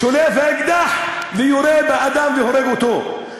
שולף אקדח ויורה באדם והורג אותו.